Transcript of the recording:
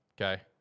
okay